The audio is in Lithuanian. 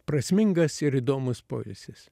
prasmingas ir įdomus poilsis